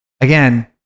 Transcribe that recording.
again